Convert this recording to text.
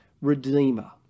redeemer